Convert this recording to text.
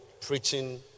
preaching